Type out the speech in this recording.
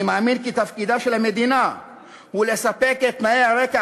אני מאמין שתפקידה של המדינה הוא לספק את תנאי הרקע